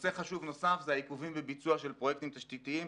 נושא חשוב נוסף זה העיכובים בביצוע של פרויקטים תשתיתיים.